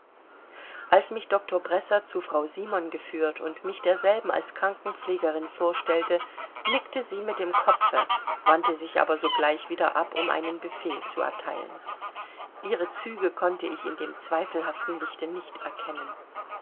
als mich doktor bresser zu frau simon geführt und mich derselben als krankenpflegerin vorstellte nickte sie mit dem kopfe wandte sich aber sogleich wieder ab um einen befehl zu erteilen ihre züge konnte ich in dem zweifelhaften lichte nicht erkennen